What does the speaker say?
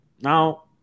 Now